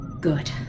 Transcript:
good